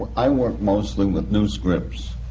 i work mostly with new scripts,